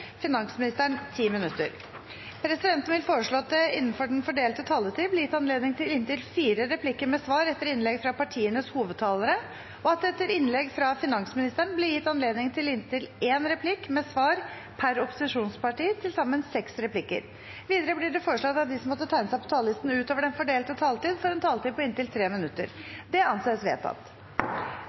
finansministeren 10 minutter. Presidenten vil foreslå at det – innenfor den fordelte taletid – blir gitt anledning til inntil fire replikker med svar etter innlegg fra partienes hovedtalere, og at det etter innlegg fra finansministeren blir gitt anledning til inntil én replikk med svar per opposisjonsparti, til sammen seks replikker. Videre blir det foreslått at de som måtte tegne seg på talerlisten utover den fordelte taletid, får en taletid på inntil 3 minutter. –Det anses vedtatt.